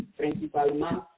principalement